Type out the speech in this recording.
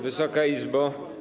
Wysoka Izbo!